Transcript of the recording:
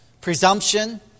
Presumption